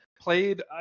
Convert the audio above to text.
Played